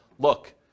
look